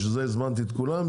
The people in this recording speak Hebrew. ובשביל זה הזמנתי את כולם,